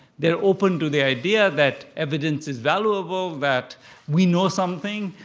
they're open to the idea that evidence is valuable, that we know something,